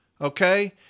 Okay